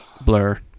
blur